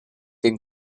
den